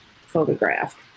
photographed